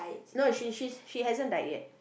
no she she she hasn't died yet